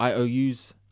IOUs